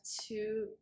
two